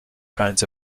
kinds